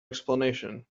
explanation